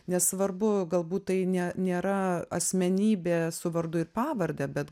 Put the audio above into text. nesvarbu galbūt tai nė nėra asmenybė su vardu ir pavarde bet